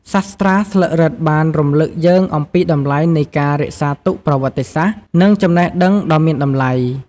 សាស្រ្តាស្លឹករឹតបានរំលឹកយើងអំពីតម្លៃនៃការរក្សាទុកប្រវត្តិសាស្ត្រ និងចំណេះដឹងដ៏មានតម្លៃ។